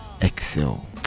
excel